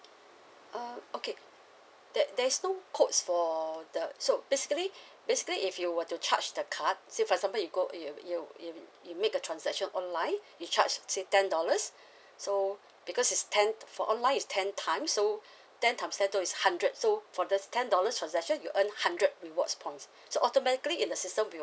uh okay there there is no quotes for the so basically basically if you were to charge the cards let say for example you go you uh you you you make a transaction online you charge let say ten dollars so because it's ten for online is ten times so ten times two is hundred so for this ten dollars transaction you earn hundred rewards points so automatically in the system we will